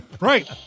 Right